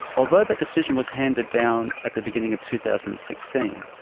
although that decision was handed down at the beginning of two thousand and sixteen,